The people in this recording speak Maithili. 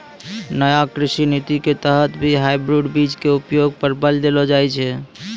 नया कृषि नीति के तहत भी हाइब्रिड बीज के उपयोग पर बल देलो जाय छै